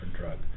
drug